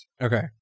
okay